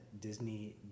Disney